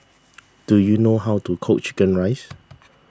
do you know how to cook Chicken Rice